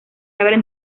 abren